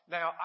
Now